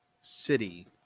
city